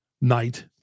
night